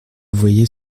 voyait